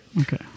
Okay